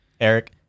Eric